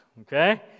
Okay